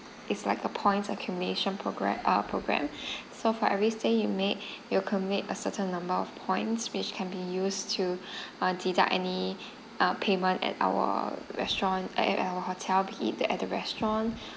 it's like a points accumulation progress uh program so for every stay you make you'll commit a certain number of points which can be used to uh deduct any uh payment at our restaurant at at our hotel at the restaurant